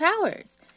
powers